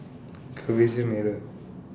curvature mirror